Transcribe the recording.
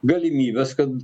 galimybės kad